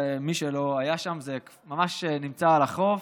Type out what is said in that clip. מי שלא היה שם, זה ממש נמצא על החוף,